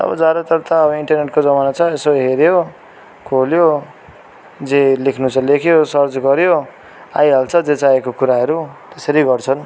अब ज्यादातर त इन्टरनेटको जमाना छ यसो हेऱ्यो खोल्यो जे लेख्नु छ लेख्यो सर्च गऱ्यो आइहाल्छ जे चाहेको कुराहरू त्यसरी गर्छन्